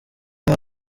nka